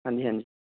ਹਾਂਜੀ ਹਾਂਜੀ